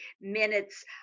minutes